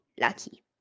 lucky